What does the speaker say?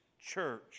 church